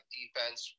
defense